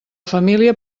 família